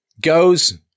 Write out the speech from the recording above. goes